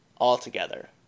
altogether